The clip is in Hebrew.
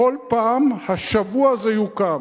כל פעם, השבוע זה יוקם.